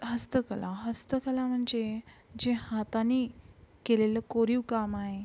हस्तकला हस्तकला म्हणजे जे हातानी केलेलं कोरीवकाम आहे